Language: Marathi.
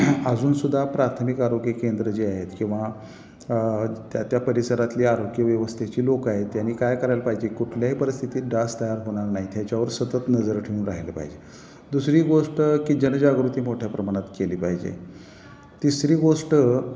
अजूनसुद्धा प्राथमिक आरोग्य केंद्रं जी आहेत किंवा त्या त्या परिसरातली आरोग्य व्यवस्थेची लोकं आहेत त्यांनी काय करायला पाहिजे कुठल्याही परिस्थितीत डास तयार होणार नाहीत याच्यावर सतत नजर ठेऊन राहिलं पाहिजे दुसरी गोष्ट की जनजागृती मोठ्या प्रमाणात केली पाहिजे तिसरी गोष्ट